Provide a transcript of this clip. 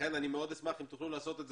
לכן אני מאוד אשמח אם תוכלו לעשות את זה